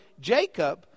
Jacob